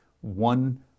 one